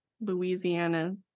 Louisiana